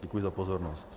Děkuji za pozornost.